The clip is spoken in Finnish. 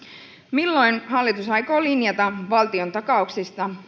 milloin hallitus aikoo linjata valtion takauksista